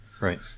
Right